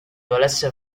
volesse